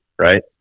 right